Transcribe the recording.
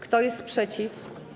Kto jest przeciw?